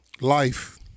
life